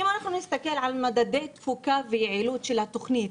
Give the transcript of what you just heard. אם אנחנו נסתכל על מדדי תפוקה ויעילות של התוכנית,